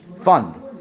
fund